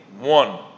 one